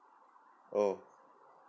oh